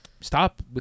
Stop